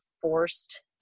forced